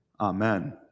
Amen